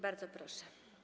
Bardzo proszę.